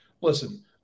Listen